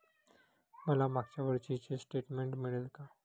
मला मागच्या वर्षीचे स्टेटमेंट मिळेल का?